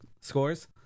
scores